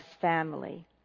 family